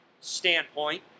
standpoint